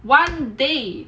one day